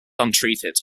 untreated